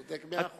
צודק מאה אחוז.